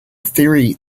theory